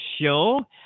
Show